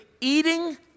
eating